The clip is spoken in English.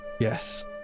Yes